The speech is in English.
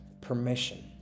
permission